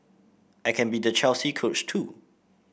I can be the Chelsea coach too